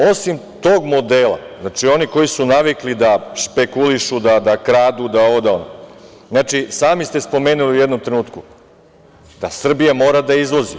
Osim tog modela, oni koji su navikli da špekulišu, da kradu, znači, sami ste spomenuli u jednom trenutku da Srbija mora da izvozi.